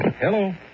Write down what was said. Hello